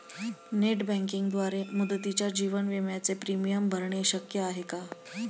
Net बँकिंगद्वारे मुदतीच्या जीवन विम्याचे प्रीमियम भरणे शक्य आहे का?